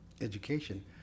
education